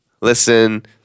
listen